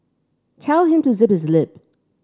tell him to zip his lip